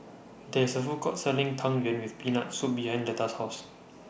There IS A Food Court Selling Tang Yuen with Peanut Soup behind Letta's House